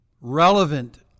relevant